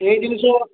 ଏଇ ଜିନିଷ